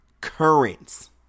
Currents